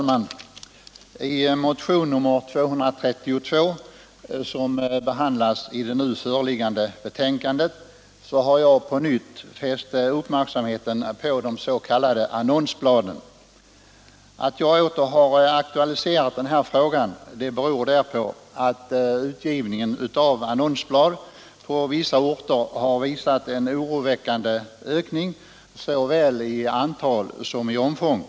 Herr talman! I motion 232, som behandlas i det nu förevarande betänkandet, har jag på nytt fäst uppmärksamheten vid de s.k. annonsbladen. Att jag åter har aktualiserat den frågan beror på att utgivningen av annonsblad på vissa orter har visat en oroväckande ökning, såväl i antal som i omfång.